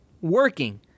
working